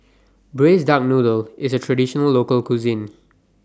Braised Duck Noodle IS A Traditional Local Cuisine